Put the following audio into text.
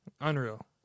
unreal